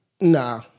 Nah